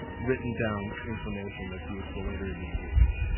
written down information that's useful later in the engagement